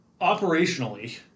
operationally